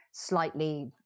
slightly